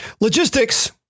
logistics